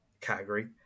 category